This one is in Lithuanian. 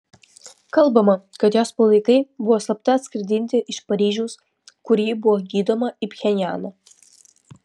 kalbama kad jos palaikai buvo slapta atskraidinti iš paryžiaus kur ji buvo gydoma į pchenjaną